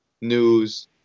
news